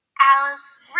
Alice